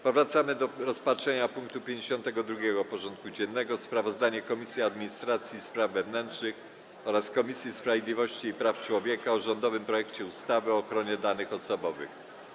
Powracamy do rozpatrzenia punktu 52. porządku dziennego: Sprawozdanie Komisji Administracji i Spraw Wewnętrznych oraz Komisji Sprawiedliwości i Praw Człowieka o rządowym projekcie ustawy o ochronie danych osobowych.